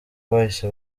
bahise